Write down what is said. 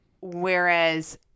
Whereas